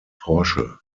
porsche